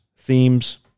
Themes